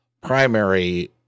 primary